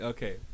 Okay